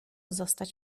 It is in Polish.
zostać